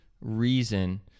reason